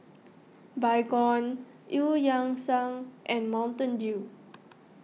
Baygon Eu Yan Sang and Mountain Dew